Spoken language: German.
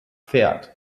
pferd